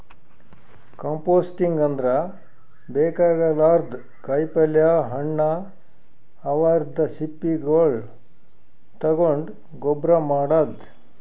composting ಅಂದ್ರ ಬೇಕಾಗಲಾರ್ದ್ ಕಾಯಿಪಲ್ಯ ಹಣ್ಣ್ ಅವದ್ರ್ ಸಿಪ್ಪಿಗೊಳ್ ತಗೊಂಡ್ ಗೊಬ್ಬರ್ ಮಾಡದ್